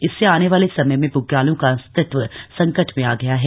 इससे आने वाले समय में ब्ग्यालों का अस्तित्व संकट में आ गया हैं